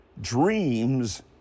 dreams